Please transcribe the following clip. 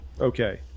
Okay